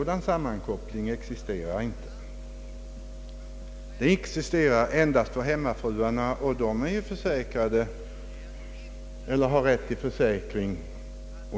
Den existerar endast för hemmafruar och ensamstående mödrar med barn under 16 år.